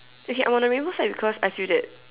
okay I'm on the rainbow side it's because I feel that